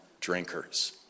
drinkers